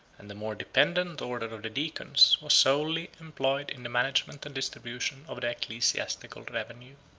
and the more dependent order of the deacons was solely employed in the management and distribution of the ecclesiastical revenue.